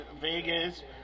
Vegas